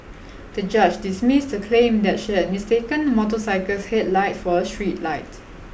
the judge dismissed her claim that she had mistaken the motorcycle's headlight for a street light